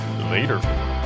Later